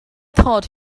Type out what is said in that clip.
thought